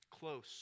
close